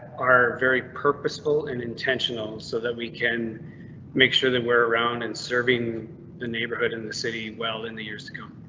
are very purposeful and intentional so that we can make sure that we're around and serving the neighborhood in the city well in the years to come.